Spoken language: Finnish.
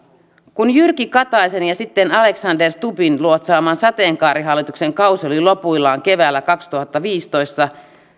kun jyrki kataisen ja sitten alexander stubbin luotsaaman sateenkaarihallituksen kausi oli lopuillaan keväällä kaksituhattaviisitoista